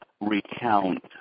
recount